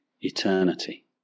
eternity